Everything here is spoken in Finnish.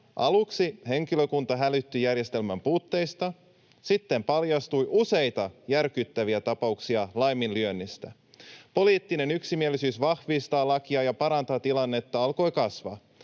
Aluksi henkilökunta hälytti järjestelmän puutteista, sitten paljastui useita järkyttäviä tapauksia laiminlyönneistä. Poliittinen yksimielisyys vahvistaa lakia ja parantaa tilannetta alkoi kasvaa.